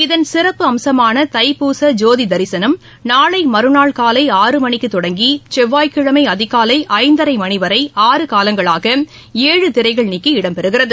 இதன் சிறப்பம்சமான தைப்பூச ஜோதி தரிசனம் நாளை மறுநாள் காலை ஆறு மணிக்கு தொடங்கி செவ்வாய்கிழமை அதிகாலை ஐந்தரை மனி வரை ஆறு காலங்களாக ஏழு திரைகள் நீக்கி இடம்பெறுகிறது